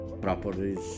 properties